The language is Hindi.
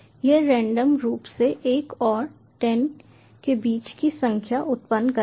यह रेंडम रूप से एक और 10 के बीच की संख्या उत्पन्न करेगा